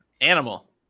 Animal